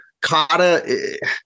kata